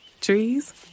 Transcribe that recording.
Trees